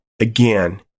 again